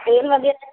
तेल वगैरह